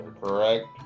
correct